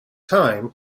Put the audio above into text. time